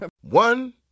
One